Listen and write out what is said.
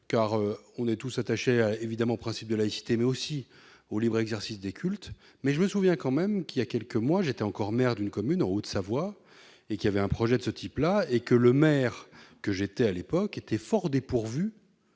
car on est tous attachés évidemment principe de laïcité mais aussi au libre exercice des cultes, mais je me souviens quand même qu'il y a quelques mois, j'étais encore maire d'une commune en Haute-Savoie et qui avait un projet de ce type-là et que le maire que j'étais à l'époque il était fort dépourvu